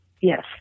Yes